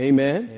Amen